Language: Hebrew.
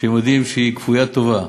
שהם יודעים שהיא כפוית טובה: